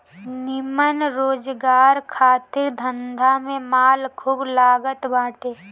निमन रोजगार खातिर धंधा में माल खूब लागत बाटे